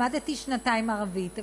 למדתי שנתיים ערבית,